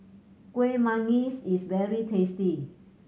Kueh Manggis is very tasty